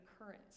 occurrence